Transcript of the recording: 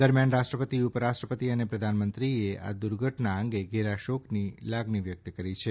દરમિયાન રાષ્ટ્રપતિ ઉપરાષ્ટ્રપતિ અને પ્રધાનમંત્રીએ આ દુર્ઘટના અંગે ઘેરા શોકની લાગણી વ્યક્ત કરી છે